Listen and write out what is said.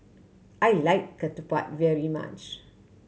I like ketupat very much